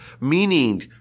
meaning